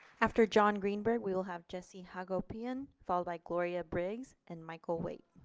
after jon greenberg we'll have jesse hagopian followed by gloria briggs and michael waite.